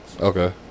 Okay